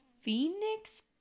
phoenix